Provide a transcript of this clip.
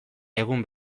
egun